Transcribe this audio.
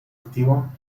activo